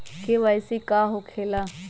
KYC का हो के ला?